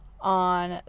on